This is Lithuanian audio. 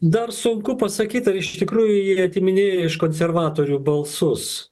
dar sunku pasakyt ar iš tikrųjų jie atiminėja iš konservatorių balsus